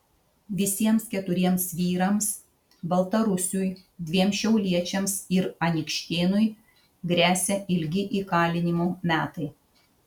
visiems keturiems vyrams baltarusiui dviem šiauliečiams ir anykštėnui gresia ilgi įkalinimo metai